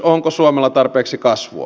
onko suomella tarpeeksi kasvua